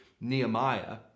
Nehemiah